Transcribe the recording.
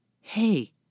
hey